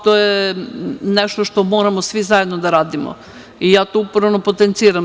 To je nešto što moramo svi zajedno da radimo i ja to uporno potenciram.